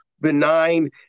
benign